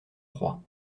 proie